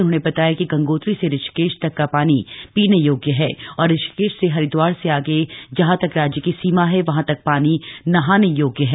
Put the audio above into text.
उन्होंने बताया कि गंगोत्री से ऋषिकेश तक का शानी शीने योग्य है और ऋषिकेश से हरिदवार से श गे जहां तक राज्य की सीमा हैए वहां तक शानी नहाने योग्य है